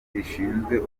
rishinzwe